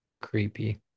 Creepy